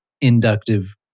inductive